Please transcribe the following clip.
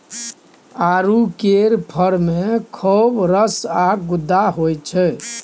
आड़ू केर फर मे खौब रस आ गुद्दा होइ छै